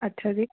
ਅੱਛਾ ਜੀ